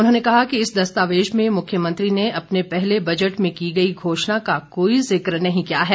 उन्होंने कहा कि इस दस्तावेज में मुख्यमंत्री ने अपने पहले बजट में की गई घोषणा का कोई जिक्र नहीं किया है